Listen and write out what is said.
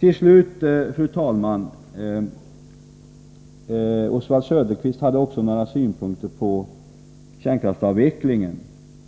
Till slut, fru talman, framförde Oswald Söderqvist också några synpunkter på kärnkraftsavvecklingen.